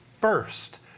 first